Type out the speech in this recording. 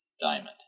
diamond